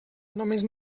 només